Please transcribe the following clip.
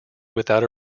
without